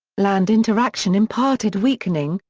land interaction imparted weakening,